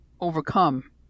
overcome